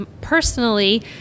personally